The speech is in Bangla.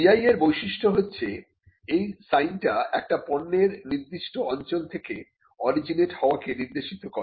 GI এর বৈশিষ্ট্য হচ্ছে এই সাইনটা একটি পণ্যের নির্দিষ্ট অঞ্চল থেকে অরিজিনেট হওয়াকে নির্দেশিত করে